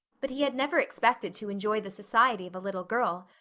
but he had never expected to enjoy the society of a little girl.